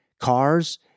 Cars